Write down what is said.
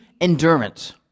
endurance